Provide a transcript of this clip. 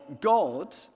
God